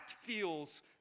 feels